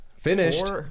Finished